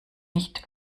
nicht